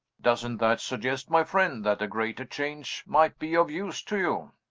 doesn't that suggest, my friend, that a greater change might be of use to you?